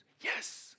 Yes